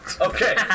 Okay